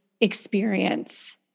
experience